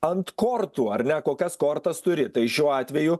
ant kortų ar ne kokias kortas turi tai šiuo atveju